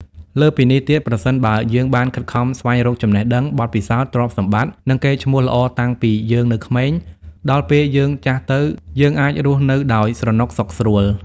លើសពីនេះទៀត ប្រសិនបើយើងបានខិតខំស្វែងរកចំណេះដឹង បទពិសោធន៍ ទ្រព្យសម្បត្តិ និងកេរ្ដិ៍ឈ្មោះល្អតាំងពីយើងនៅក្មេង ដល់ពេលយើងចាស់ទៅ យើងអាចរស់នៅដោយស្រណុកសុខស្រួល។